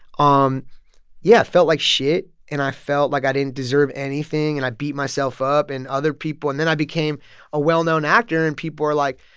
um yeah, i felt like shit, and i felt like i didn't deserve anything. and i beat myself up and other people and then i became a well-known actor, and people are like,